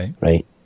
right